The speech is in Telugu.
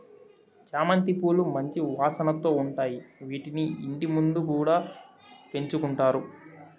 చామంతి పూలు మంచి వాసనతో ఉంటాయి, వీటిని ఇంటి ముందు కూడా పెంచుకుంటారు